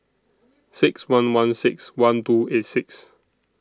six one one six one two eight six